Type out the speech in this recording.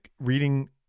reading